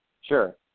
Sure